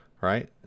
Right